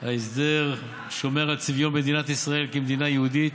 ההסדר שומר על צביון מדינת ישראל כמדינה יהודית,